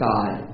God